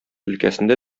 өлкәсендә